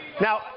Now